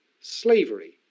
slavery